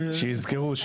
שיזכרו.